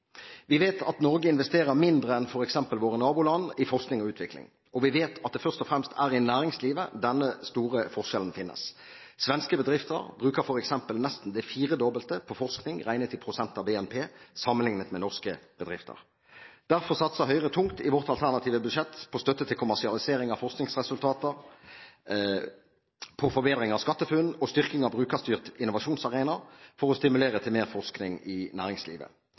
Vi vet at Norge investerer mindre enn f.eks. våre naboland i forskning og utvikling. Og vi vet at det først og fremst er i næringslivet denne store forskjellen finnes. Svenske bedrifter bruker f.eks. nesten det firedobbelte på forskning regnet i prosent av BNP sammenlignet med norske bedrifter. Derfor satser Høyre tungt i sitt alternative budsjett på støtte til kommersialisering av forskningsresultater, på forbedring av SkatteFUNN og styrking av Brukerstyrt innovasjonsarena for å stimulere til mer forskning i næringslivet.